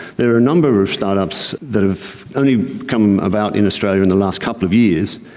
there are a number of start-ups that have only come about in australia in the last couple of years,